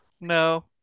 No